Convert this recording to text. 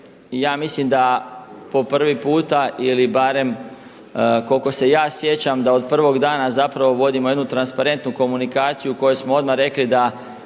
ja mislim da po prvi puta ili barem koliko se ja sjećam da od prvog dana zapravo vodimo jednu transparentnu komunikaciju u kojoj smo odmah rekli da